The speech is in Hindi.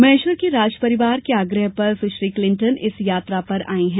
महेश्वर के राज परिवार के आग्रह पर सुश्री क्लिंटन इस यात्रा पर आयी हैं